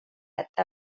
eta